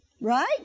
Right